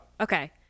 Okay